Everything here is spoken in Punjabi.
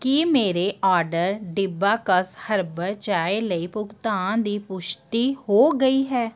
ਕੀ ਮੇਰੇ ਆਰਡਰ ਡਿੱਬਾਕਸ ਹਰਬਲ ਚਾਹ ਲਈ ਭੁਗਤਾਨ ਦੀ ਪੁਸ਼ਟੀ ਹੋ ਗਈ ਹੈ